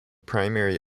primary